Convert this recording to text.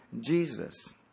Jesus